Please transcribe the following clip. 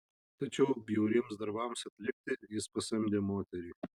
tačiau bjauriems darbams atlikti jis pasamdė moterį